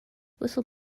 whistle